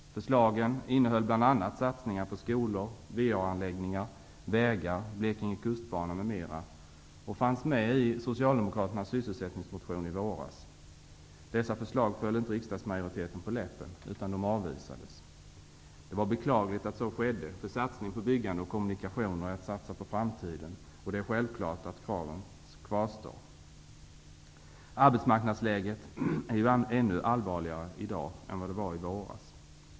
Förslagen innehöll bl.a. satsningar på skolor, VA-anläggningar, vägar, Dessa förslag föll inte riksdagsmajoriteten på läppen, utan de avvisades. Det var beklagligt att så skedde, eftersom en satsning på byggande och kommunikationer är att satsa på framtiden, och det är självklart att kraven kvarstår. Arbetsmarknadsläget är ju ännu allvarligare i dag än vad det var i våras.